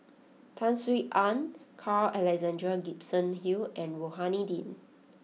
Tan Sin Aun Carl Alexander Gibson Hill and Rohani Din